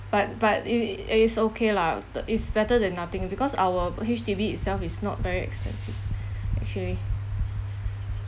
but but it it it's okay lah the is better than nothing because our uh H_D_B itself is not very expensive actually